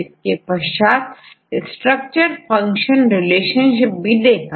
इसके पश्चात structure function relationship भी देखा